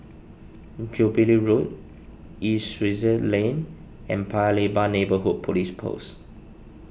Jubilee Road East Sussex Lane and Paya Lebar Neighbourhood Police Post